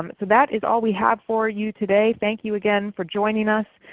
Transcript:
um so that is all we have for you today. thank you again for joining us.